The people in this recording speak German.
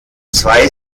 zwei